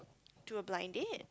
do a blind date